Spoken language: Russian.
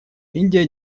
индия